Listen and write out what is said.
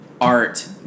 art